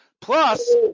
Plus